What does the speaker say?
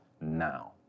now